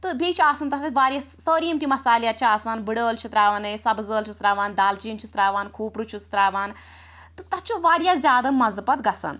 تہٕ بیٚیہِ چھِ آسان تتھ اسہِ واریاہ سٲری یم تہِ مَصالہٕ یتھ چھِ آسان بٕڈٕ ٲلہٕ چھِ ترٛاوان أسۍ سبٕز ٲلہٕ چھِس ترٛاوان دالچیٖن چھِس ترٛاوان کھوٗپرٕ چھِس ترٛاوان تہٕ تتھ چھُ واریاہ زیادٕ مَزٕ پَتہٕ گَژھان